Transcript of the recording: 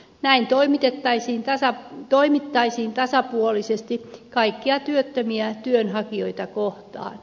näin toimittaisiin tasapuolisesti kaikkia työttömiä työnhakijoita kohtaan